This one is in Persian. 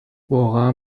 واقعا